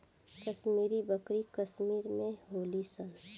कश्मीरी बकरी कश्मीर में होली सन